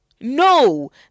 no